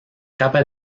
capa